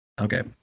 Okay